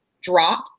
drop